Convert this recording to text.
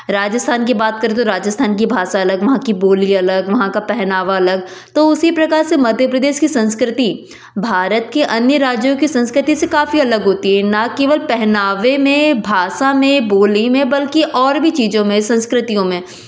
राजस्थान की बात करें तो राजस्थान की भाषा अलग वहाँ की बोली अलग वहाँ का पहनावा अलग तो उसी प्रकार से मध्य प्रदेश की संस्कृति भारत के अन्य राज्यों की संस्कृति से काफ़ी अलग होती है ना केवल पहनावे में भाषा में बोली में बल्कि और भी चीज़ों में संस्कृतियों में